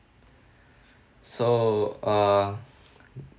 so uh